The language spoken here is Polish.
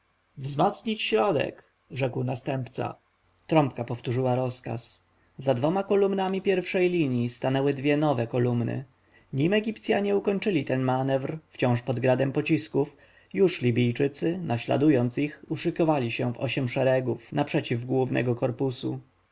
wzmocnić środek rzekł następca trąbka powtórzyła rozkaz za dwiema kolumnami pierwszej linji stanęły dwie nowe kolumny nim egipcjanie ukończyli ten manewr wciąż pod gradem pocisków już libijczycy naśladując ich uszykowali się w osiem szeregów naprzeciw głównego korpusu